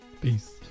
Peace